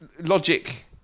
logic